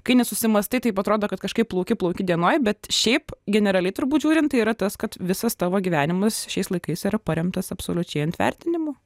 kai nesusimąstai taip atrodo kad kažkaip plauki plauki dienoj bet šiaip generaliai turbūt žiūrint tai yra tas kad visas tavo gyvenimas šiais laikais yra paremtas absoliučiai ant vertinimų